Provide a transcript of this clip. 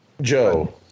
Joe